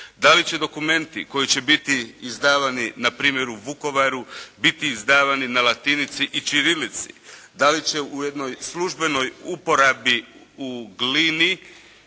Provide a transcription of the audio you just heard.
Da li će dokumenti koji će biti izdavani npr. u Vukovaru, biti izdavani na latinici i ćirilici? Da li će u jednoj službenoj uporabi u Glini